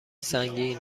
سنگین